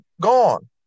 gone